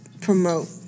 promote